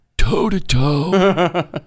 Toe-to-toe